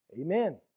Amen